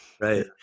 right